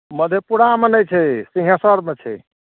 मधेपुरामे नहि छै सिँहेश्वरमे छै